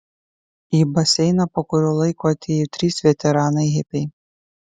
į baseiną po kurio laiko atėjo trys veteranai hipiai